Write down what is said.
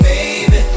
Baby